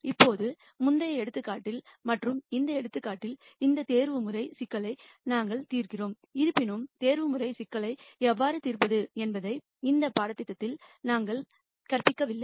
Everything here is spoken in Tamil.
இப்போது முந்தைய எடுத்துக்காட்டில் மற்றும் இந்த எடுத்துக்காட்டில் இந்த ஆப்டிமைசேஷன் சிக்கல்களை நாங்கள் தீர்க்கிறோம் இருப்பினும்ஆப்டிமைசேஷன் சிக்கல்களை எவ்வாறு தீர்ப்பது என்பதை இந்த பாடத்திட்டத்தில் நாங்கள் கற்பிக்கவில்லை